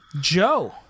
Joe